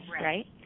right